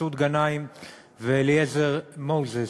מסעוד גנאים ואליעזר מוזס.